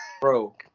Bro